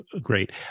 great